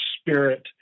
spirit